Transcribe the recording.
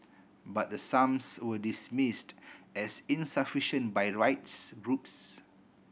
but the sums were dismissed as insufficient by rights groups